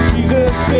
Jesus